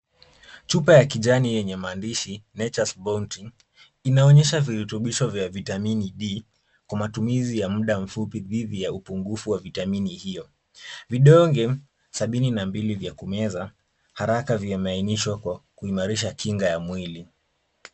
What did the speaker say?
Chupa ya kijani yenye maandishi Nature's Bountie, inaonyesha virutubisho vya vitamini D, kwa matumizi ya muda mfupi dhidi ya upungufu wa vitamini hiyo. Vidonge sabini na mbili vya kumeza haraka vimeainishwa kwa kuimarisha kinga ya mwili.